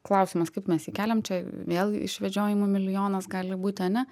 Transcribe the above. klausimas kaip mes jį keliam čia vėl išvedžiojimų milijonas gali būti ane